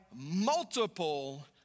multiple